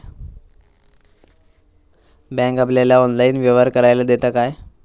Bank आपल्याला online व्यवहार करायला देता काय?